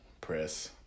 Press